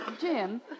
Jim